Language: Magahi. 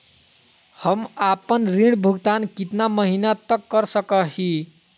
हम आपन ऋण भुगतान कितना महीना तक कर सक ही?